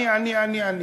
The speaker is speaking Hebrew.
אני, אני, אני,